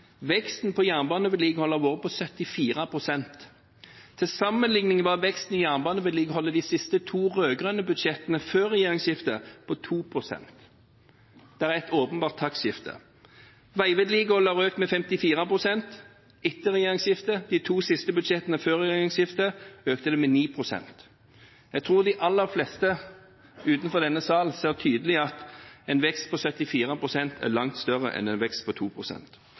vært på 74 pst. Til sammenligning var veksten i jernbanevedlikeholdet i de siste to rød-grønne budsjettene før regjeringsskiftet på 2 pst. Det er et åpenbart taktskifte. Veivedlikeholdet har økt med 54 pst. etter regjeringsskiftet. I de to siste budsjettene før regjeringsskiftet økte det med 9 pst. Jeg tror de aller fleste utenfor denne sal ser tydelig at en vekst på 74 pst. er langt større enn en vekst på